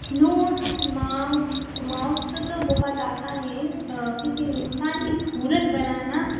نوز mouth mouth تو بہت آسان ہے کسی انسان کی صورت بنانا